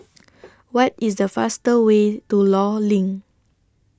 What IS The fastest Way to law LINK